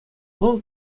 вӑл